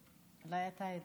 אולי אתה יודע.